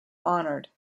honored